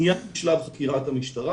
מיד בשלב חקירת המשטרה.